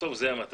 בסוף זו המטרה.